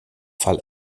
fall